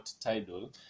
title